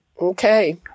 Okay